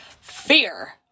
Fear